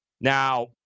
Now